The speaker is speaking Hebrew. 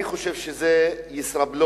אני חושב שזה ישראבלוף.